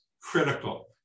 critical